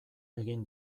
egin